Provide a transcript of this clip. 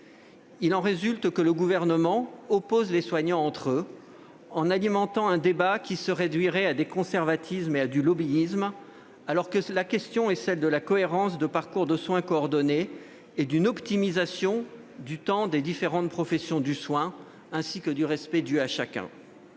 Il en résulte que le Gouvernement oppose les soignants entre eux en alimentant un débat qui se réduirait à des conservatismes et à du « lobbyisme » alors que la question est celle de la cohérence de parcours de soins coordonnés et d'une optimisation du temps des différentes professions du soin, ainsi que du respect dû à chacun.